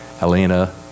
Alina